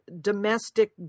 domestic